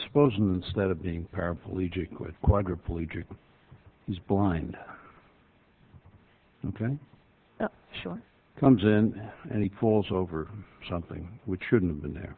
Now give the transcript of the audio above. suppose instead of being paraplegic with a quadriplegic he's blind and can sure comes in and he falls over something which shouldn't have been there